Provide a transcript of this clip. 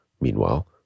Meanwhile